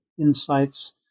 insights